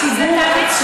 זה תהליך שינוי.